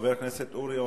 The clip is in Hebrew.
חבר הכנסת אורי אורבך.